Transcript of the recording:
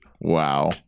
Wow